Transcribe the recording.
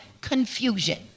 confusion